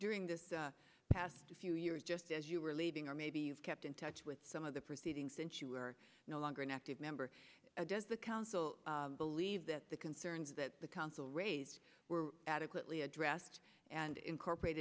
during the past few years just as you were leaving or maybe you've kept in touch with some of the preceding since you were no longer an active member does the council believe that the concerns that the council raised were adequately addressed and incorporate